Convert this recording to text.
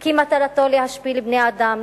כי מטרתו להשפיל בני-אדם,